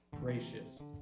gracious